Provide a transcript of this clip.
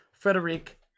Frederic